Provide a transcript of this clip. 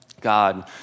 God